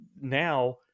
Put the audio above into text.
now